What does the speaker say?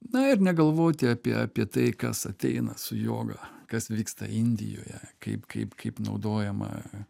na ir negalvoti apie apie tai kas ateina su joga kas vyksta indijoje kaip kaip kaip naudojama